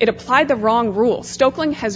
it applied the wrong rule